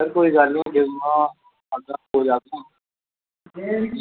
ते कोई गल्ल निं